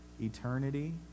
eternity